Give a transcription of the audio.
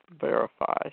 verify